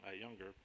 younger